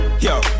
Yo